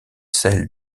celle